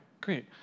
great